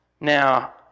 Now